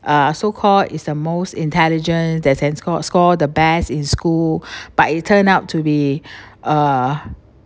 uh so called is the most intelligent that's can score score the best in school but it turned out to be uh